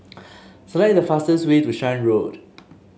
select the fastest way to Shan Road